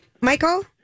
Michael